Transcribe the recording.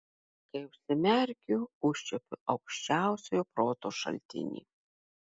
kai užsimerkiu užčiuopiu aukščiausiojo proto šaltinį